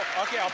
okay,